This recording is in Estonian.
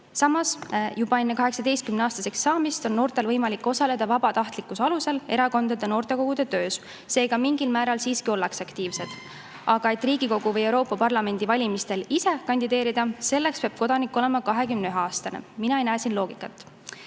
Samas, juba enne 18-aastaseks saamist on noortel võimalik osaleda vabatahtlikkuse alusel erakondade noortekogude töös. Seega, mingil määral siiski ollakse aktiivsed. Aga Riigikogu või Euroopa Parlamendi valimistel ise kandideerimiseks peab kodanik olema [vähemalt] 21-aastane. Mina ei näe siin loogikat.